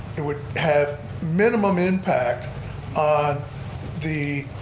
it would have minimum impact on the,